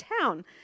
town